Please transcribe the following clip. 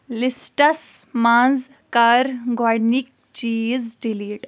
lists منٛز کر گوڈنِیکۍ چیٖز ڈِلیٖٹ